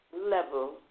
level